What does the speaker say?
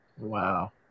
Wow